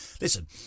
Listen